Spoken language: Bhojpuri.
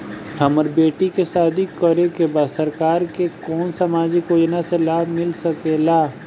हमर बेटी के शादी करे के बा सरकार के कवन सामाजिक योजना से लाभ मिल सके ला?